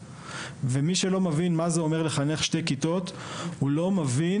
מי שלא מבין מה זה אומר לחנך שתי כיתות לא מבין